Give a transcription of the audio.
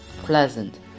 pleasant